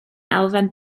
elfen